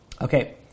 Okay